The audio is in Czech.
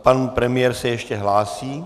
Pan premiér se ještě hlásí.